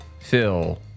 Phil